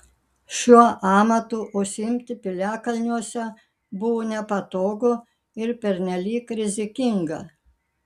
šiuo amatu užsiimti piliakalniuose buvo nepatogu ir pernelyg rizikinga